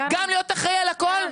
זה להיות אחראי על הכול.